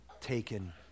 taken